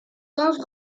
dense